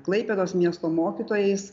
klaipėdos miesto mokytojais